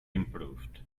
improved